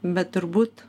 bet turbūt